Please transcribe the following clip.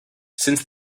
since